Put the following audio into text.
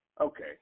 Okay